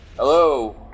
Hello